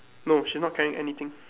no she's not carrying anything